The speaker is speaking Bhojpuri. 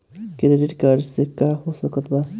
क्रेडिट कार्ड से का हो सकइत बा?